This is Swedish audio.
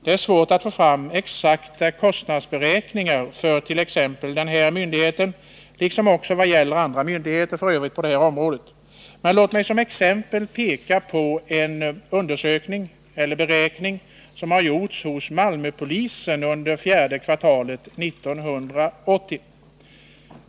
Det är svårt att få fram exakta kostnadsberäkningar för denna myndighet — och det gäller f. ö. också andra myndigheter på detta område — men låt mig som exempel peka på en beräkning som gjorts hos Malmöpolisen under fjärde kvartalet 1980.